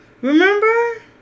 Remember